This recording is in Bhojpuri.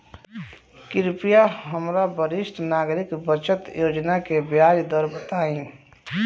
कृपया हमरा वरिष्ठ नागरिक बचत योजना के ब्याज दर बताई